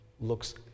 looks